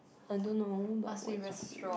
I don't know but what's your favourite